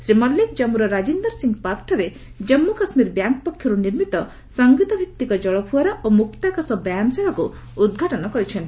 ଶ୍ରୀ ମଲ୍ଲିକ ଜାମ୍ମୁର ରାଜିନ୍ଦର ସିଂହ ପାର୍କଠାରେ ଜାନ୍ମୁ କାଶ୍ମୀର ବ୍ୟାଙ୍କ୍ ପକ୍ଷରୁ ନିର୍ମିତ ସଂଗୀତଭିତ୍ତିକ ଜଳଫୁଆରା ଓ ମୁକ୍ତାକାଶ ବ୍ୟାୟାମଶାଳାକୁ ଉଦ୍ଘାଟନ କରିଚ୍ଛନ୍ତି